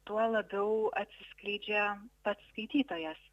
tuo labiau atsiskleidžia pats skaitytojas